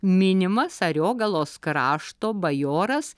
minimas ariogalos krašto bajoras